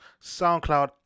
soundcloud